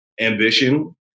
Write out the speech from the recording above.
ambition